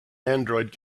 android